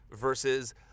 versus